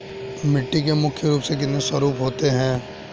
मिट्टी के मुख्य रूप से कितने स्वरूप होते हैं?